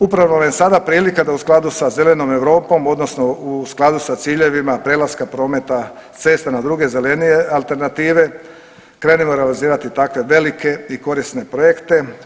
Upravo vam je sada prilika da u skladu sa zelenom Europom odnosno u skladu sa ciljevima prelaska prometa s cesta na druge zelenije alternative krenemo realizirate takve velike i korisne projekte.